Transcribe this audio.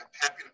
Happy